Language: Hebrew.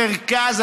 מרכז,